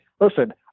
Listen